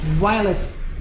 wireless